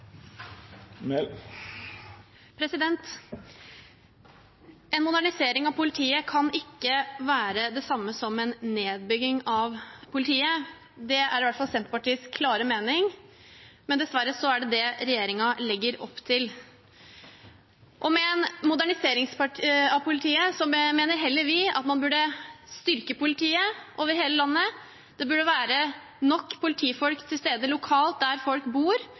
praksis. En modernisering av politiet kan ikke være det samme som en nedbygging av politiet – det er i hvert fall Senterpartiets klare mening. Men dessverre er det det regjeringen legger opp til. Med en modernisering av politiet mener vi at man heller burde styrke politiet over hele landet. Det burde være nok politifolk til stede lokalt der folk bor,